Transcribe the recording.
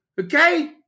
Okay